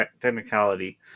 technicality